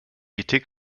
ethik